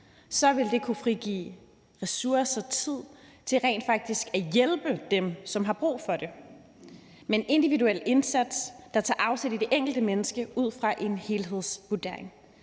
Så ville det kunne frigive ressourcer og tid til rent faktisk at hjælpe dem, som har brug for det, med en individuel indsats, der tager afsæt i det enkelte menneske ud fra en helhedsvurdering